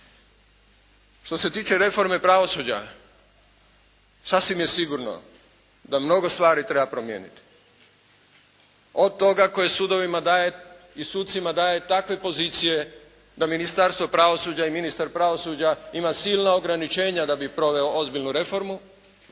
Što se tiče reforme pravosuđa sasvim je sigurno da mnogo stvari treba promijeniti, od toga koje sudovima daje i sucima daje takve pozicije da Ministarstvo pravosuđa i ministar pravosuđa ima silna ograničenja da bi proveo ozbiljnu reformu